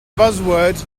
buzzword